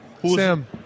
Sam